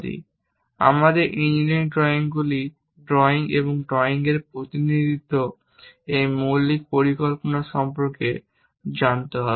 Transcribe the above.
এবং আমাদের engineering drawing জিনিসগুলি ড্রয়িং এবং ড্রয়িং এর প্রতিনিধিত্ব এই মৌলিক পরিকল্পনা সম্পর্কে জানতে হবে